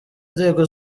inzego